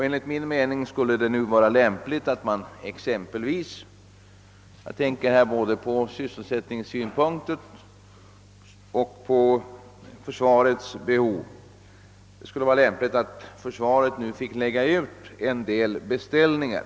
Enligt min mening skulle det vara lämpligt att exempelvis försvaret — jag tänker både på sysselsättningssynpunkten och på försvarets behov — nu fick lägga ut en del beställningar.